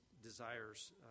desires